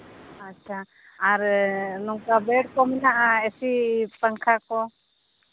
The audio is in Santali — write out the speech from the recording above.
ᱟᱪᱪᱷᱟ ᱟᱨ ᱱᱚᱝᱠᱟ ᱵᱮᱹᱰ ᱠᱚ ᱢᱮᱱᱟᱜᱼᱟ ᱮᱥᱤ ᱯᱟᱝᱠᱷᱟ ᱠᱚ